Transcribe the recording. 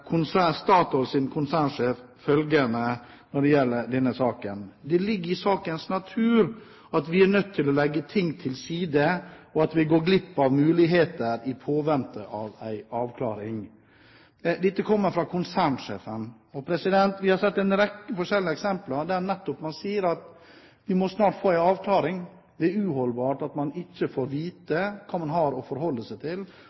konsernsjef følgende når det gjelder denne saken: «Det ligger i sakens natur at vi er nødt til å legge ting til side, og at vi går glipp av muligheter, i påvente av en avklaring.» Dette kommer fra konsernsjefen. Vi har sett en rekke forskjellige eksempler der man nettopp sier at man snart må få en avklaring. Det er uholdbart at man ikke får vite hva man har å forholde seg til.